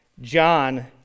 John